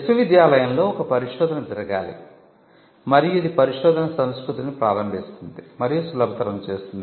విశ్వవిద్యాలయంలో ఒక పరిశోధన జరగాలి మరియు ఇది పరిశోధన సంస్కృతిని ప్రారంభిస్తుంది మరియు సులభతరం చేస్తుంది